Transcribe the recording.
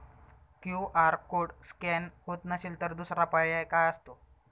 QR code scan होत नसेल तर दुसरा पर्याय काय असतो?